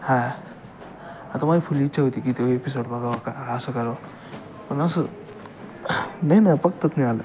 हां आता माई फुल इच्छा होती की त्यो एपिसोड बघावा का असं करावं पण असं नाही ना बघताच नाही आला